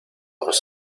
ojos